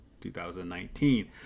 2019